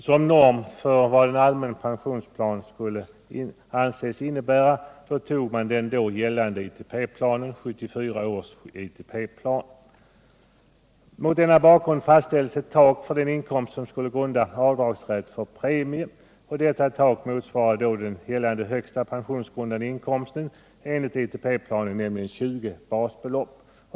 Som norm för vad en allmän pensionsplan skulle anses innebära togs den då gällande ITP-planen, 1974 års ITP-plan. Mot denna bakgrund fastställdes ett tak för den inkomst som skulle grunda avdragsrätten för premier. Detta tak motsvarar den då gällande högsta pensionsgrundande inkomsten enligt ITP-planen, nämligen 20 basbelopp.